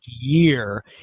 year